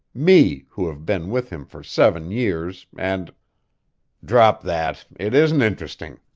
me who have been with him for seven years and drop that, it isn't interesting.